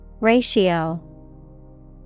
Ratio